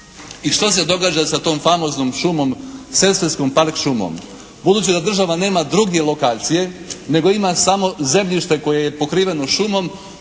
I što se događa sa tom famoznom šumom, sesvetskom park šumom? Budući da država nema druge lokacije nego ima samo zemljište koje je pokriveno šumom